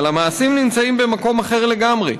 אבל המעשים נמצאים במקום אחר לגמרי.